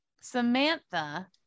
Samantha